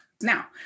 Now